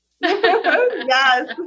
Yes